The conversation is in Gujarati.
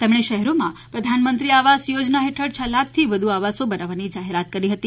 તેમણે શહેરોમાં પ્રધાનમંત્રી આવાસ યોજના હેઠળ છ લાખથી વધુ આવાસો બનાવવાની જાહેરાત કરી હતી